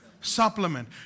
supplement